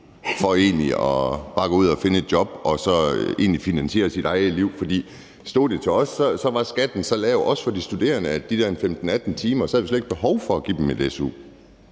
for bare at gå ud og finde et job og så egentlig finansiere sit eget liv. Stod det til os, var skatten så lav, også for de studerende, at med de der 15-18 timer var der slet ikke behov for at give dem su.